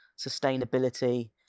sustainability